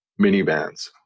minivans